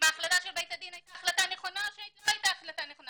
אם ההחלטה של בית הדין הייתה החלטה נכונה או שלא הייתה החלטה נכונה.